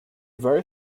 very